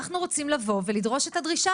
אנחנו רוצים לבוא ולדרוש את הדרישה